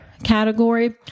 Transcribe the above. category